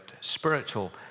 spiritual